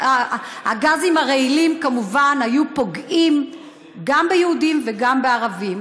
והגזים הרעילים כמובן היו פוגעים גם ביהודים וגם בערבים.